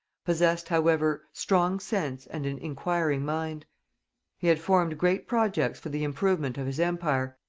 possessed however strong sense and an inquiring mind he had formed great projects for the improvement of his empire,